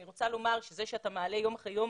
אני רוצה לומר שזה שאתה מעלה יום אחרי יום